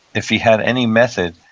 if he had any method,